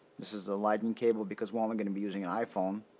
this is a lightning cable because while i'm gonna be using an iphone